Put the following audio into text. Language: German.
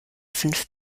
fünf